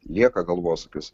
lieka galvosūkis